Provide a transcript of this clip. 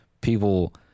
People